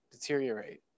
deteriorate